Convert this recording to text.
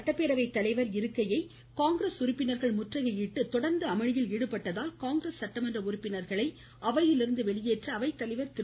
Dhanapal NEET தேர்வு விவகாரத்தில் சட்டப்பேரவை தலைவர் இருக்கையை காங்கிரஸ் உறுப்பினர்கள் முற்றுகையிட்டு தொடர்ந்து அமளியில் ஈடுபட்டதால் காங்கிரஸ் சட்டமன்ற உறுப்பினர்களை அவையிலிருந்து வெளியேற்ற அவைத்தலைவர் திரு